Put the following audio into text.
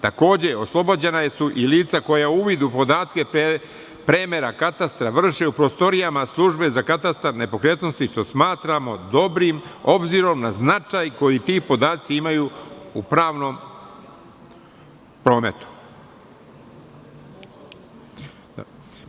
Takođe, oslobođena su i lica koja su uvidom u podatke premera, katastra vrše u prostorijama Službe za katastar nepokretnosti, što smatramo dobrim, obzirom na značaj koji ti podaci imaju u pravnom prometu.